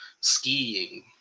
skiing